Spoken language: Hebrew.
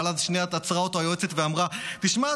אבל אז עצרה אותו היועצת ואמרה: תשמע,